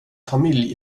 familj